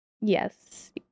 Yes